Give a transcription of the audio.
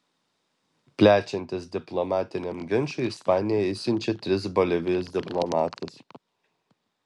plečiantis diplomatiniam ginčui ispanija išsiunčia tris bolivijos diplomatus